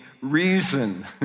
reason